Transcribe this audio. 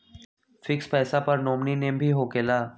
Fix पईसा पर nominee name भी होकेला?